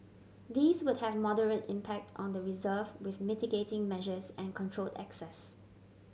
these would have moderate impact on the reserve with mitigating measures and controlled access